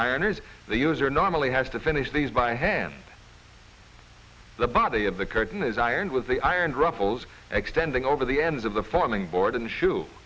ironies the user normally has to finish these by hand the body of the curtain is ironed with the ironed ruffles extending over the ends of the forming board an